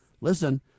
listen